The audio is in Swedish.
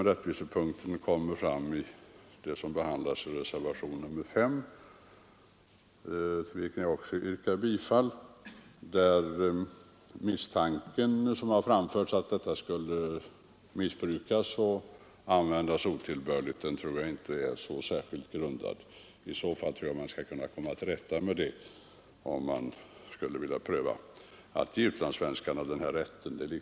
Rättvisesynpunkter kommer fram även i reservationen 5, till vilken jag också yrkar bifall. Misstanken att föräldraförsäkringen i det här fallet skulle missbrukas och användas otillbörligt tror jag inte är särskilt väl grundad, och även om så vore tror jag man skulle kunna komma till rätta med problemet om man skulle vilja pröva att ge utlandssvenskarna rätt till föräldrapenning.